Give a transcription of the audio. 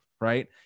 right